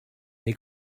neu